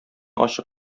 ачык